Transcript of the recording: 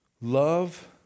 Love